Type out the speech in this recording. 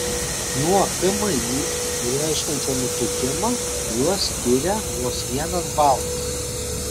nuo kmi reiškiančio nutukimą juos skiria vos vienas balas